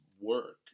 work